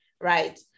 right